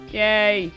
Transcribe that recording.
yay